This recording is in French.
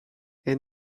est